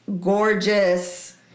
gorgeous